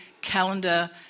calendar